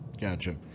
Gotcha